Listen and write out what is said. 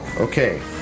Okay